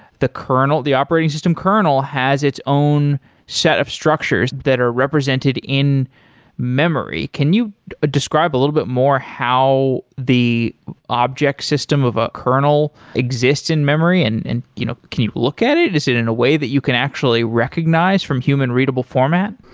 the operating system kernel has its own set of structures that are represented in memory. can you ah describe a little bit more how the object system of a kernel exists in memory and and you know can you look at it? is it in a way that you can actually recognize from human readable format?